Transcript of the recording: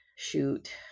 Shoot